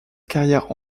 carrière